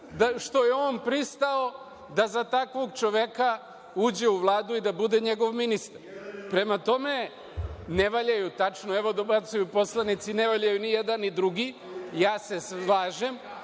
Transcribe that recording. što je on pristao da za takvog čoveka uđe u Vladu i da bude njegov ministar. Ne valjaju, tačno, evo dobacuju poslanici – ne valjaju ni jedan ni drugi, ja se slažem.